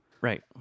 Right